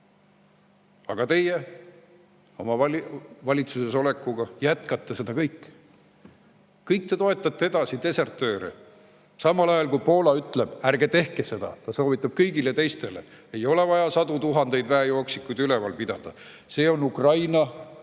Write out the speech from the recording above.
Aga teie oma valitsusega jätkate seda kõike. Te toetate kõik edasi desertööre, samal ajal kui Poola ütleb, et ärge tehke seda. Ta soovitab kõigile teistele, et ei ole vaja sadu tuhandeid väejooksikuid üleval pidada, see on Ukraina võitluse